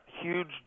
Huge